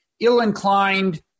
ill-inclined